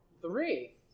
Three